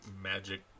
magic